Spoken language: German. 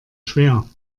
schwer